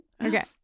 Okay